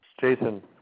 Jason